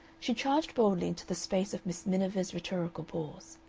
she charged boldly into the space of miss miniver's rhetorical pause.